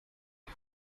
die